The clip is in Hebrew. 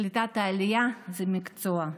קליטת העלייה זה מקצוע.